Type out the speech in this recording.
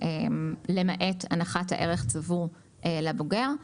למעט הנחת הערך הצבור לבוגר.